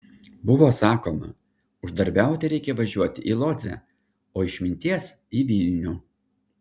buvo sakoma uždarbiauti reikia važiuoti į lodzę o išminties į vilnių